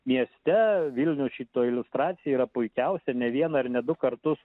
mieste vilnius šito iliustracija yra puikiausia ne vieną ir ne du kartus